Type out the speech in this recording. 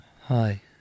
Hi